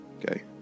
Okay